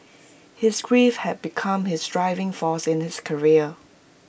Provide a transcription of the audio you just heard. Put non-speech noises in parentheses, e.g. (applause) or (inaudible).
(noise) his grief had become his driving force in his career